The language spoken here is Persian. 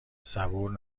صبور